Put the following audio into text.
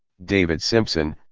david simpson,